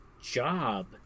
job